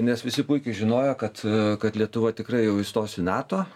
nes visi puikiai žinojo kad kad lietuva tikrai jau įstos į nato